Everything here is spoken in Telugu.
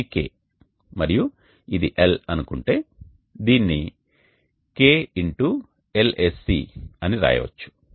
ఇది K మరియు ఇది ఇది L అని అనుకుంటే దీనిని KLSC అని వ్రాయవచ్చు